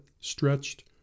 stretched